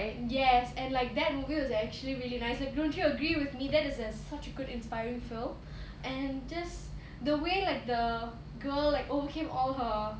yes and like that movie was actually really nice like don't you agree with me that is a such a good inspiring film and just the way like the girl like overcame all her